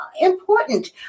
important